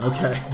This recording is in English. Okay